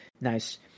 nice